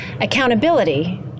accountability